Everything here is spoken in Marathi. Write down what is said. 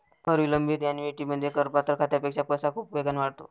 कर विलंबित ऍन्युइटीमध्ये, करपात्र खात्यापेक्षा पैसा खूप वेगाने वाढतो